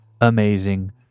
amazing